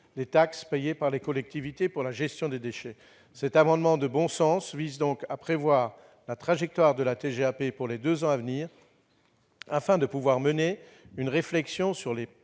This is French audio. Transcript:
des taxes payées par les collectivités pour la gestion des déchets. Cet amendement de bon sens vise donc à prévoir la trajectoire de la TGAP pour les deux ans à venir, afin que l'on puisse mener une réflexion sur les